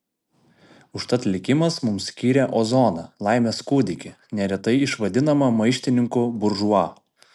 užtat likimas mums skyrė ozoną laimės kūdikį neretai išvadinamą maištininku buržua